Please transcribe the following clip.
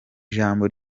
ijambo